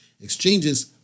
exchanges